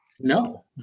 No